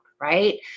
right